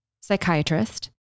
psychiatrist